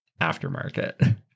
aftermarket